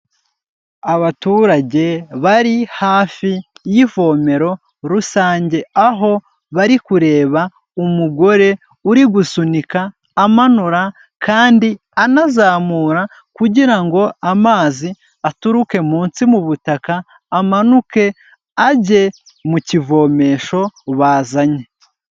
Abaturage bari hafi y'ivomero rusange, aho bari kureba umugore uri gusunika amanura kandi anazamura kugirango ngo amazi aturuke munsi mu butaka amanuke ajye mu kivomesho bazanye.